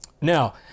Now